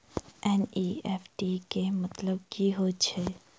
NEFT केँ मतलब की हएत छै?